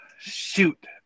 shoot